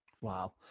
Wow